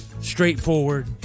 straightforward